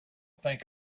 think